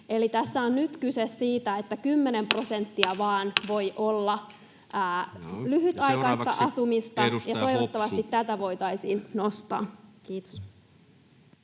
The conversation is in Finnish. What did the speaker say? Eli tässä on nyt kyse siitä, että vain kymmenen prosenttia voi olla lyhytaikaista asumista, ja toivottavasti tätä voitaisiin nostaa. — Kiitos.